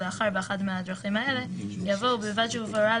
לאחר "באחת מהדרכים האלה" יבוא "ובלבד שהובהרה